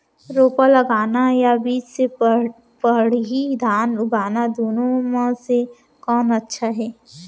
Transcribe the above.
रोपा लगाना या बीज से पड़ही धान उगाना दुनो म से कोन अच्छा हे?